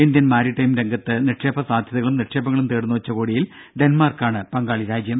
Indian maritime രംഗത്ത് നിക്ഷേപ സാധ്യതകളും നിക്ഷേപങ്ങളും തേടുന്ന ഉച്ചകോടിയിൽ ഡെൻമാർക്കാണ് പങ്കാളി രാജ്യം